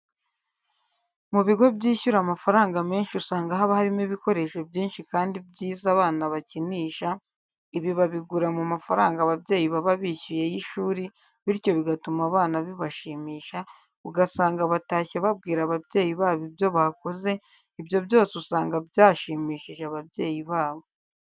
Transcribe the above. Mu bigo byishyura amafaranga menshi usanga haba harimo ibikoresho byinshi kandi byiza abana bakinisha, ibi babigura mu mafaranga ababyeyi baba bishyuye y'ishuri bityo bigatuma abana bibashimisha, ugasanga batashye babwira ababyeyi babo ibyo bakoze, ibyo byose usanga byashimishije ababyeyi babo.